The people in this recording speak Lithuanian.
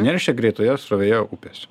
neršia greitoje srovėje upės